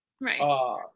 right